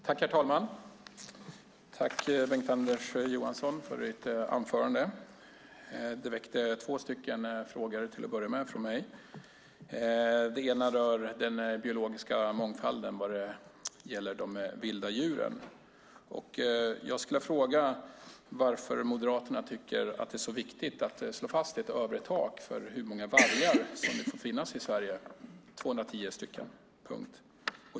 Herr talman! Tack, Bengt-Anders Johansson, för ditt anförande! Det väckte två frågor från mig till att börja med. Den ena rör den biologiska mångfalden vad gäller de vilda djuren. Jag skulle vilja fråga varför Moderaterna tycker att det är så viktigt att slå fast ett tak för hur många vargar som får finnas i Sverige - 210 stycken.